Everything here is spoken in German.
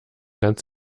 ganz